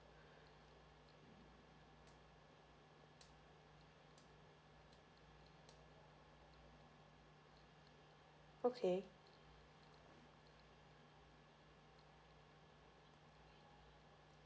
okay